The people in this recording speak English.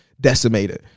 decimated